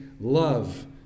love